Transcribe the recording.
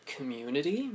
Community